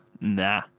nah